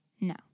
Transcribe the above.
No